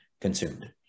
consumed